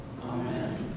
Amen